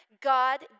God